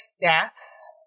deaths